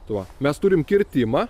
tuo mes turim kirtimą